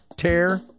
Tear